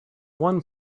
one